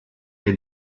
est